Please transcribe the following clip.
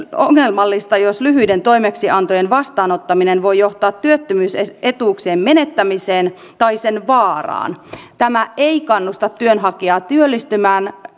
ongelmallista jos lyhyiden toimeksiantojen vastaanottaminen voi johtaa työttömyysetuuksien menettämiseen tai sen vaaraan tämä ei kannusta työnhakijaa työllistymään